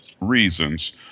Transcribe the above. reasons